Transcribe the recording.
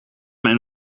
mijn